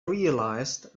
realized